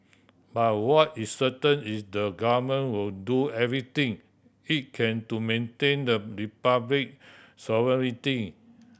but what is certain is the government will do everything it can to maintain the Republic sovereignty